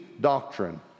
doctrine